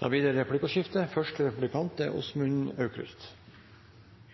Det blir replikkordskifte. Vi hører at ministeren sier at vi ikke er